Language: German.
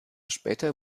später